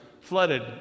flooded